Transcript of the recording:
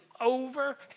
over